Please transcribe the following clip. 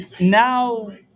Now